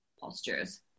postures